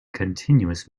continuous